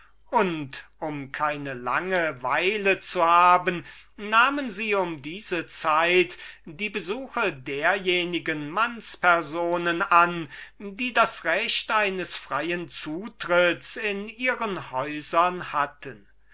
und um keine lange weile zu haben nahmen sie um diese zeit die besuche derjenigen mannspersonen an die das recht eines freien zutritts in ihren häusern hatten